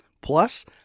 Plus